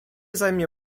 zajmie